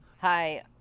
hi